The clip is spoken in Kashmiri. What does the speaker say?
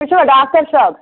تُہۍ چھُوا ڈاکٹر صٲب